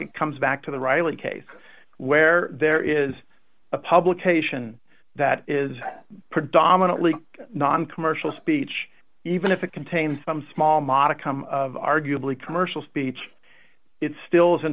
it comes back to the riley case where there is a publication that is predominantly noncommercial speech even if it contains some small modicum of arguably commercial speech it still i